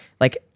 like-